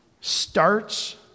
starts